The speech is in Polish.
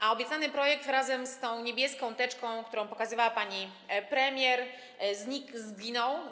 a obiecany projekt razem z tą niebieską teczką, którą pokazywała pani premier, zginął.